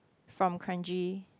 from Kranji